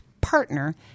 partner